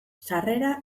sarrera